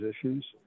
issues